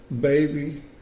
baby